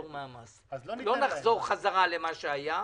רבה.